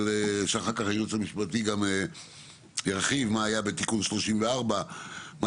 ואחר כך הייעוץ המשפטי גם ירחיב מה היה בתיקון 34 ומה